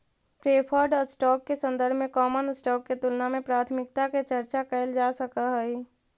preferred stock के संदर्भ में कॉमन स्टॉक के तुलना में प्राथमिकता के चर्चा कैइल जा सकऽ हई